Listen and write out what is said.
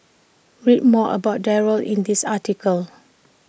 read more about Darryl in this article